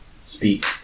speak